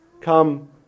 come